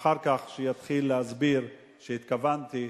אחר כך שיתחיל להסביר שהתכוונתי,